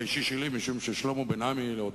המאפיין העיקרי שכל אדם נורמלי אומר